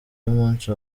y’umunsi